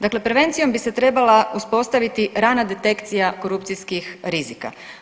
Dakle, prevencijom bi se trebala uspostaviti rana detekcija korupcijskih rizika.